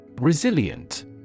Resilient